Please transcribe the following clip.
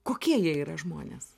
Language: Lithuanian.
kokie jie yra žmonės